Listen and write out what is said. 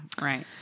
Right